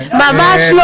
ממש לא.